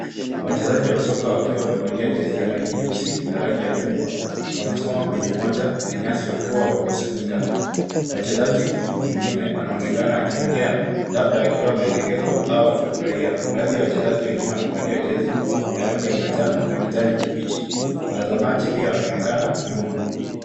Wachezaji wa soka wakiwa wamevalia jezi ya rangi nyeusi na rangi ya chungwa wamesimama kwenye uwanja ya nyasi wakiwa wamekusanyika, wachezaji mwingine anaonekana akiongea, labda akitoa maelekezo au akifurahia, baadhi ya wachezaji wengine wamevalia jezi ya rangi ya manjano na kijani kibichi. Watazamaji pia wanaonekana nyuma.